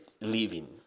living